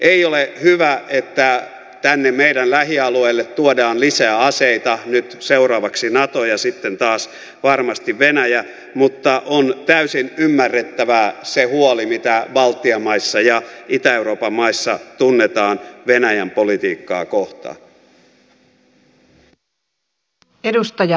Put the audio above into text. ei ole hyvä että tänne meidän lähialueillemme tuodaan lisää aseita nyt seuraavaksi nato ja sitten taas varmasti venäjä mutta on täysin ymmärrettävää se huoli mitä baltian maissa ja itä euroopan maissa tunnetaan venäjän politiikkaa kohtaan